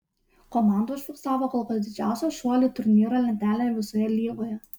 komanda užfiksavo kol kas didžiausią šuolį turnyro lentelėje visoje lygoje